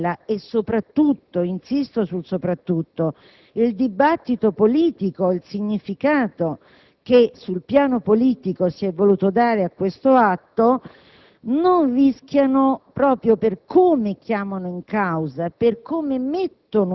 dobbiamo valutare se l'atto delle dimissioni del giudice Vaccarella e soprattutto - insisto sul soprattutto - il dibattito politico e il significato che sul piano politico si è voluto dare a questo atto